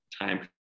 time